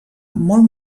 molt